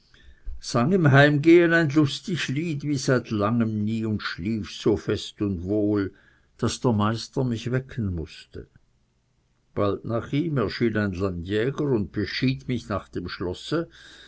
sang im heimgehen ein lustig lied wie seit langem nie und schlief so fest und wohl daß der meister mich wecken mußte bald nach ihm erschien ein landjäger und beschied mich nach dem schlosse